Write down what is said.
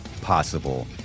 possible